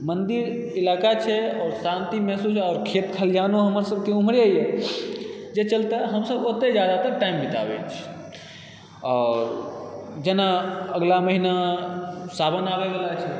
मन्दिर इलाका छै और शान्ति महसूस होइए आओर खेत खलिहानो हमरसबकेँ उमहरे यऽ जाहि चलते हमसब ओतहे जादातर टाइम बिताबै छी आओर जेना अगला महीना सावन आबै वला छै